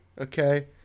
okay